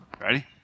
Ready